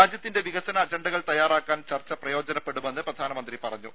രാജ്യത്തിന്റെ വികസന അജണ്ടകൾ തയ്യാറാക്കാൻ ചർച്ച പ്രയോജനപ്പെടുമെന്ന് പ്രധാനമന്ത്രി പറഞ്ഞു